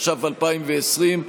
התש"ף 2020,